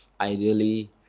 ideally